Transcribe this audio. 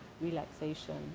relaxation